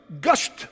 gushed